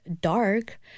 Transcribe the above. dark